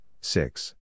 six